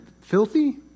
filthy